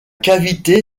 cavité